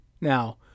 Now